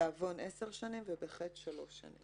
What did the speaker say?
"(2) בעוון עשר שנים, (3) בחטא שלוש שנים".